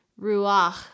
ruach